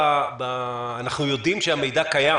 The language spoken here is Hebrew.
אנחנו יודעים שהמידע קיים.